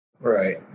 Right